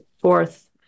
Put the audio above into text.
fourth